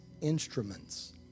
instruments